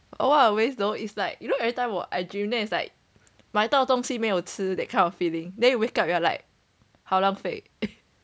oh what a waste though is like you know every time I dream then its like 买到东西没有吃 that kind of feeling then like 好浪费